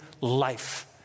life